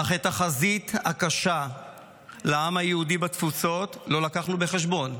אך את החזית הקשה לעם היהודי בתפוצות לא לקחנו בחשבון,